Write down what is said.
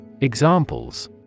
Examples